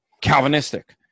Calvinistic